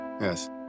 Yes